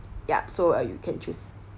yup so uh you can choose